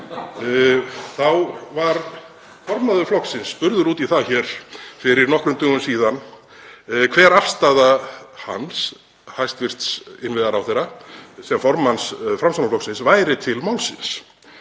þá var formaður flokksins spurður út í það hér fyrir nokkrum dögum síðan hver afstaða hans, hæstv. innviðaráðherra, sem formanns Framsóknarflokksins væri til málsins.